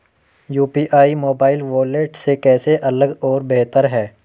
UPI mobile wallet से कैसे अलग और बेहतर है?